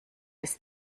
ist